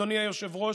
אדוני היושב-ראש,